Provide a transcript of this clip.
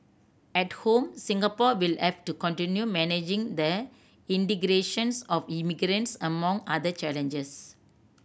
at home Singapore will have to continue managing the integrations of immigrants among other challenges